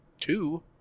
two